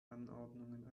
anordnungen